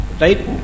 right